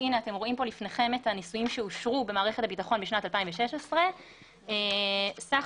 אתם רואים פה לפניכם את הניסויים שאושרו במערכת הביטחון בשנת 2016. סך